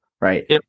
right